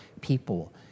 people